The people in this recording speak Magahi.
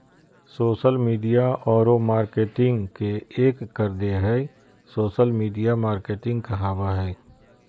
सोशल मिडिया औरो मार्केटिंग के एक कर देह हइ सोशल मिडिया मार्केटिंग कहाबय हइ